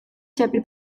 txapel